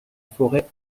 forêt